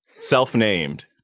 self-named